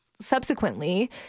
subsequently